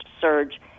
surge